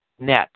NET